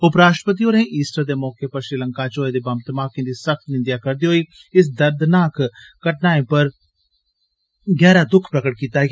उपराष्ट्रपति होरें ईस्टर दे मौके श्रीलंका च होए दे बम्ब धमाकें दी सख्त निंदेया करदे होई इनें दर्दनाक घटनाएं पर गैहरा दुख प्रगट कीता ऐ